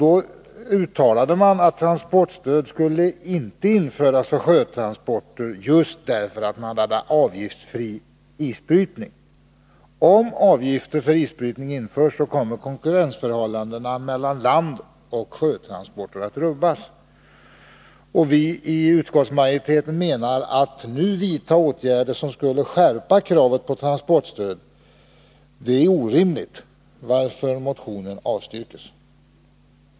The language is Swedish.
Då uttalades att transportstöd inte skulle införas för sjötransporter just därför att man hade avgiftsfri isbrytning. Om avgifter för isbrytning införs, kommer konkurrensförhållandena mellan landoch sjötransporter att rubbas. Viiutskottsmajoriteten menar att det är orimligt att nu vidta åtgärder som skulle skärpa kravet på transportstöd, varför motionen avstyrks.